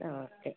okay